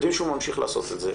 יודעים שהוא ממשיך לעשות את זה,